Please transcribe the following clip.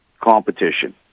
competition